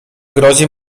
grozi